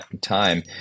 time